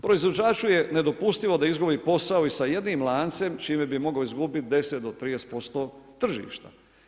Proizvođaču je nedopustivo da izgubi posao i sa jednim lancem čime bi mogao izgubiti 10 do 30% tržišta.